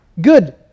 good